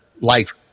life